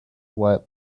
what